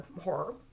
horror